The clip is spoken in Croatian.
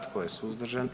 Tko je suzdržan?